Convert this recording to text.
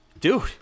dude